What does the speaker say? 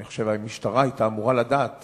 אני חושב שהמשטרה היתה אמורה לדעת